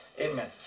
Amen